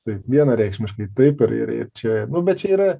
taip vienareikšmiškai taip ir ir ir čia nu bet čia yra